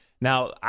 Now